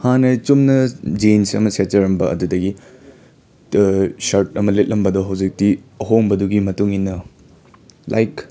ꯍꯥꯟꯅ ꯆꯨꯝꯅ ꯖꯤꯟꯁ ꯑꯃ ꯁꯦꯠꯆꯔꯝꯕ ꯑꯗꯨꯗꯒꯤ ꯁꯔꯠ ꯑꯃ ꯂꯤꯠꯂꯝꯕꯗꯣ ꯍꯨꯖꯤꯛꯇꯤ ꯑꯍꯣꯡꯕꯗꯨꯒꯤ ꯃꯇꯨꯡ ꯏꯟꯅ ꯂꯥꯏꯛ